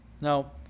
now